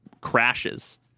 crashes